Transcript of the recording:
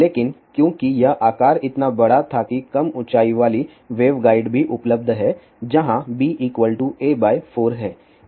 लेकिन क्योंकि यह आकार इतना बड़ा था कि कम ऊंचाई वाली वेवगाइड भी उपलब्ध है जहाँ b a4 है